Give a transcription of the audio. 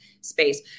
space